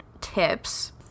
tips